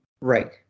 Right